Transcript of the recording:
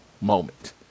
moment